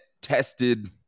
tested